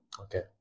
Okay